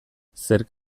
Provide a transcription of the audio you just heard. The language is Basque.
zerk